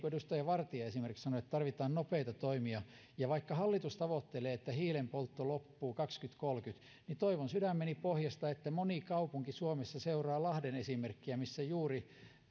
niin kuin esimerkiksi edustaja vartia sanoi että tarvitaan nopeita toimia ja vaikka hallitus tavoittelee sitä että hiilenpoltto loppuu kaksituhattakolmekymmentä niin toivon sydämeni pohjasta että moni kaupunki suomessa seuraa lahden esimerkkiä missä juuri